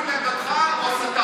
לא כל מה שהוא בניגוד לעמדתך הוא הסתה,